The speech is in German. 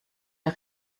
der